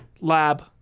Lab